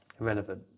Irrelevant